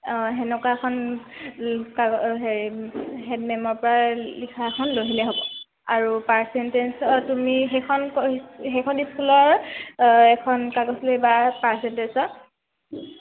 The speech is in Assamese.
অঁ তেনেকুৱা এখন কাগ হেৰি হেডমেমৰ পৰা লিখা এখন লৈ আহিলে হ'ব আৰু পাৰ্চেণ্টেজ অঁ তুমি সেইখন সেইখন স্কুলৰ এখন কাগজ লৈ আহিবা পাৰ্চেণ্টেজত